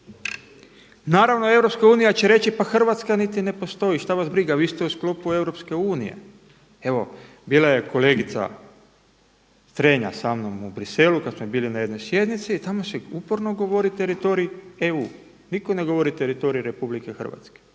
Naravno EU će reći, pa Hrvatska niti ne postoji, šta vas briga, vi ste u sklopu EU. Evo bila je kolegica Strenja sa mnom u Bruxellesu kada smo bili na jednoj sjednici i tamo se uporno govori teritorij EU, niko ne govori teritorij RH.